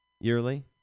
Yearly